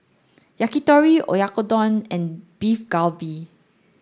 Yakitori Oyakodon and Beef Galbi